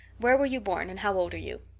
where were you born and how old are you?